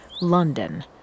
London